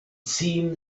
seemed